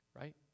right